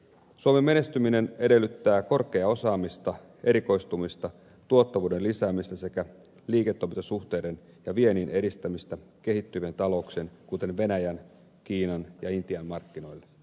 suomen menestyminen edellyttää korkeaa osaamista erikoistumista tuottavuuden lisäämistä sekä liiketoimintasuhteiden ja viennin edistämistä kehittyvien talouksien kuten venäjän kiinan ja intian markkinoille